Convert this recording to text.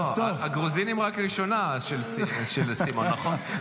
הגרוזינים רק ראשונה, של סימון, נכון?